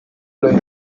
plein